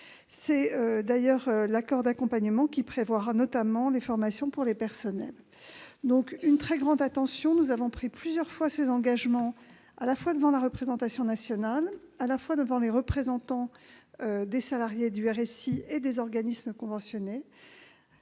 C'est d'ailleurs l'accord d'accompagnement qui prévoira notamment les formations pour les personnels. Nous accordons donc au processus une très grande attention. Nous avons pris plusieurs fois ces engagements à la fois devant la représentation nationale et devant les représentants des salariés du RSI et des organismes conventionnés.